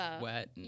wet